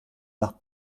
nach